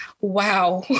Wow